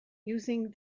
using